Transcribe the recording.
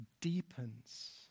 deepens